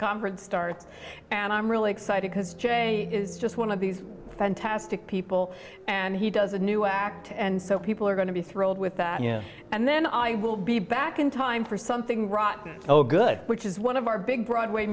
conference starts and i'm really excited because jay is just one of these fantastic people and he does a new act and so people are going to be thrilled with that you know and then i will be back in time for something rotten oh good which is one of our big broadway